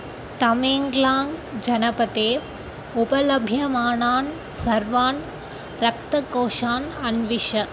तमेङ्ग्लाङ्ग् जनपदे उपलभ्यमानान् सर्वान् रक्तकोषान् अन्विष